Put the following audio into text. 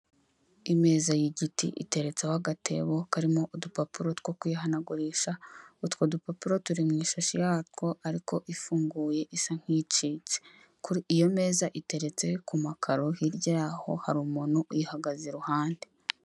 Imeza y'igiti iteretseho agatebo karimo udupapuro two kwihanagurisha. Utwo dupapuro turi mu ishashi yatwo ariko ifunguye isa nk'icitse iyo meza iteretse ku makaro hirya yaho hari umuntu uyihagaze iruhande.